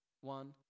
one